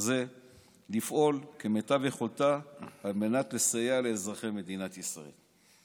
לפעול כמיטב יכולתה לסייע לאזרחי מדינת ישראל.